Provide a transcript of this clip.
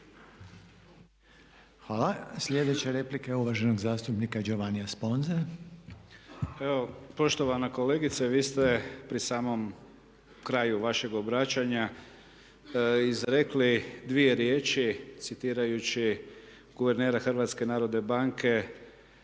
Hvala. Sljedeća replika je uvaženog zastupnika Giovannia Sponze. **Sponza, Giovanni (IDS)** Evo poštovana kolegice vi ste pri samom kraju vašeg obraćanja izrekli dvije riječi, citirajući guvernera HNB-a plašenje